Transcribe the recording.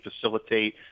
facilitate